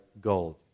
gold